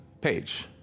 page